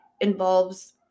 involves